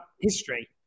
history